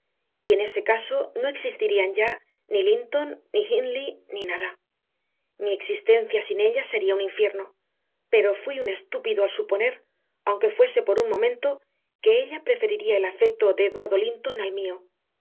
verdad y en ese caso no existirían ya ni linton ni hindley ni nada mi existencia sin ella sería un infierno pero fui un estúpido al suponer aunque fuese por un solo momento que ella preferiría el afecto de eduardo linton al mío